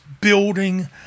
building